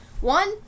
One